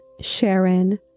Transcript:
Sharon